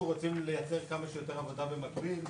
ולא הצליח להשיגו במאמץ סביר,